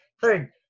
Third